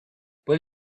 will